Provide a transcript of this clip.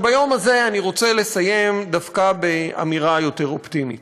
אבל ביום הזה אני רוצה לסיים דווקא באמירה יותר אופטימית: